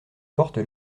portes